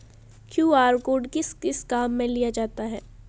QR code किस किस काम में लिया जाता है?